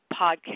podcast